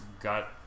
got